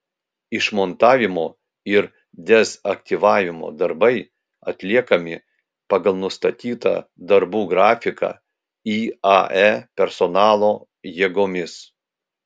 išmontavimo ir dezaktyvavimo darbai atliekami pagal nustatytą darbų grafiką iae personalo jėgomis